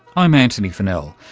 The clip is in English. i'm antony funnell,